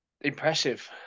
impressive